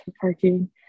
parking